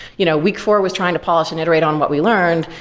you know week four was trying to polish and iterate on what we learned.